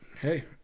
hey